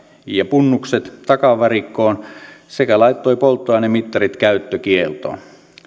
ja punnukset takavarikkoon sekä laittoi polttoainemittarit käyttökieltoon